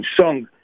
song